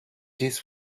this